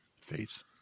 face